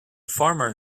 farmer